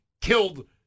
killed